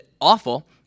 awful